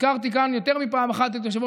הזכרתי כאן יותר מפעם אחת את יושב-ראש